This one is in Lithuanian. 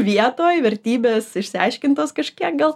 vietoj vertybės išsiaiškintos kažkiek gal